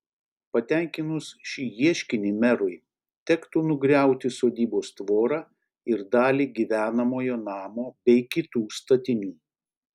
patenkinus šį ieškinį merui tektų nugriauti sodybos tvorą ir dalį gyvenamojo namo bei kitų statinių